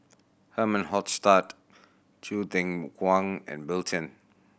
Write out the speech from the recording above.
Herman Hochstadt Choo Kwang and Bill Chen